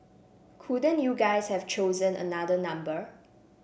couldn't you guys have chosen another number